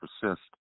persist